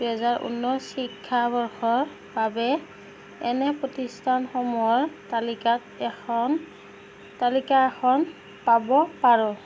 দুই হাজাৰ ঊনৈছ শিক্ষাবৰ্ষৰ বাবে এনে প্ৰতিষ্ঠানসমূহৰ তালিকাত এখন তালিকা এখন পাব পাৰোঁ